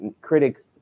critics